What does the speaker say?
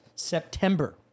September